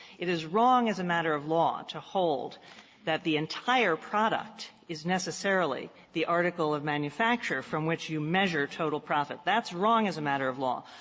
it is wrong as a matter of law to hold that the entire product is necessarily the article of manufacture from which you measure total profit. that's wrong as a matter of law,